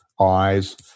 eyes